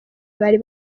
bari